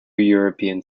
european